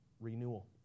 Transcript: renewal